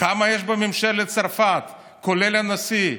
כמה יש בממשלת צרפת, כולל הנשיא?